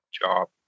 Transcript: job